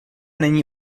není